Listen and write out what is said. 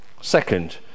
second